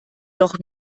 doch